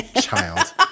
Child